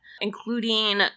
Including